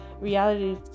reality